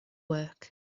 work